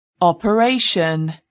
operation